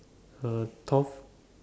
her turf